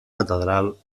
catedral